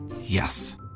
Yes